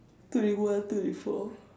twenty one twenty four